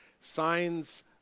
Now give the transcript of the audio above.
Signs